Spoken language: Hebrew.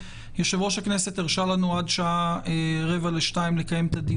יושב-ראש הכנסת הרשה לנו לקיים את הדיון הזה עד השעה 13:45 ואני